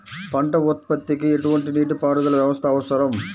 పంట ఉత్పత్తికి ఎటువంటి నీటిపారుదల వ్యవస్థ అవసరం?